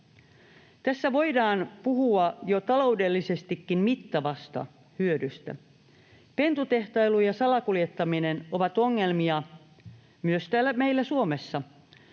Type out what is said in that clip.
Tässä voidaan puhua jo taloudellisestikin mittavasta hyödystä. Pentutehtailu ja salakuljettaminen ovat ongelmia myös täällä meillä Suomessa.